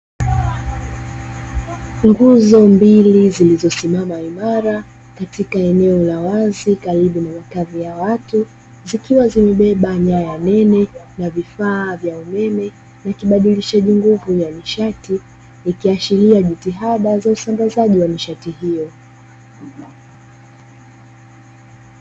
Nguzo. mbili zilizo simama imara katika eneo la wazi karibu na makazi ya watu zikiwa zimebeba nyaya nene na vifaa vya umeme na uzarishaji nguvu ya nishati yakiashiria jitihada za usambazaji wa nishati hiyo